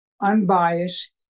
unbiased